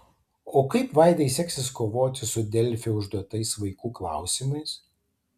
o kaip vaidai seksis kovoti su delfi užduotais vaikų klausimais